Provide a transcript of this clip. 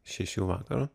šešių vakaro